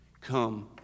Come